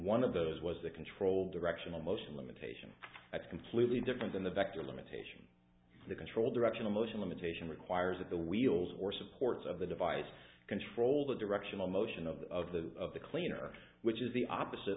one of those was the controlled directional motion limitation that's completely different than the vector limitation the control directional motion limitation requires that the wheels or supports of the device control the directional motion of the of the cleaner which is the opposite